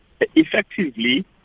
Effectively